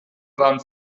waren